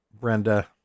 Brenda